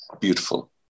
beautiful